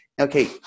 okay